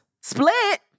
Split